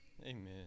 Amen